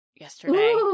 yesterday